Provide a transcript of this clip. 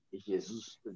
Jesus